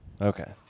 Okay